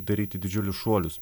daryti didžiulius šuolius